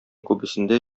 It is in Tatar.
күбесендә